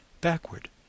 backward